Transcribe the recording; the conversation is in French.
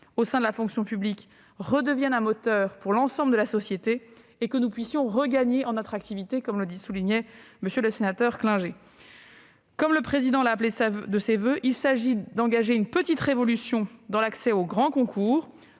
au sein de la fonction publique redevienne un moteur pour l'ensemble de la société et que nous puissions regagner en attractivité, comme le soulignait M. le sénateur Klinger. Le Président de la République a appelé de ses voeux une petite révolution dans l'accès aux grands concours.